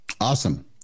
Awesome